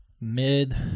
Mid